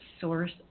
source